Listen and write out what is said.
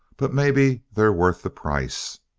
but maybe they're worth the price.